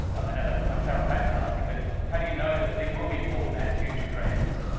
i know that might sound patronising, but how do you know that these will be important as future trends?